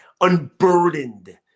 unburdened